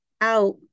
out